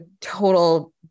total